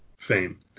fame